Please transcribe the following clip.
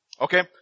Okay